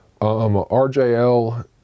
RJL